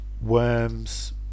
worms